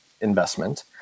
investment